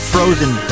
Frozen